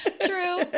True